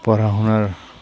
পঢ়া শুনাৰ